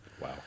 Wow